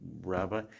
rabbi